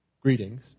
greetings